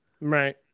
Right